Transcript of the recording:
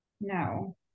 No